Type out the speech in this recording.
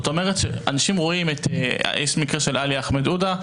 יש מקרה של עלי אחמד עודה,